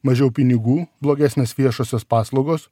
mažiau pinigų blogesnės viešosios paslaugos